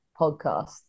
podcast